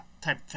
Type